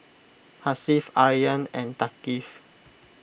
Hasif Aryan and Thaqif